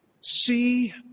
See